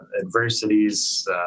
adversities